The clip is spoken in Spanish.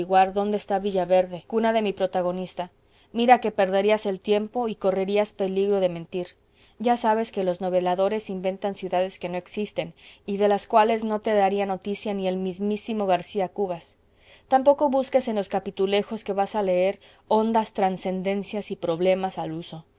dónde está villaverde cuna de mi protagonista mira que perderías el tiempo y correrías peligro de mentir ya sabes que los noveladores inventan ciudades que no existen y de las cuales no te daría noticia ni el mismísimo garcía cubas tampoco busques en los capitulejos que vas a leer hondas trascendencias y problemas al uso